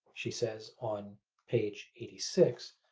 she says on page eighty six